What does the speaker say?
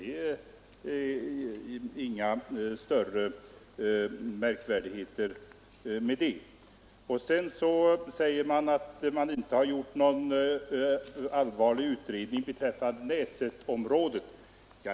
Det är ingen större märkvärdighet. Herr Lindahl säger att det inte gjorts någon allvarlig utredning beträffande Näsetområdet.